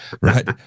Right